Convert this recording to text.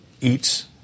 eats